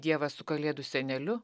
dievą su kalėdų seneliu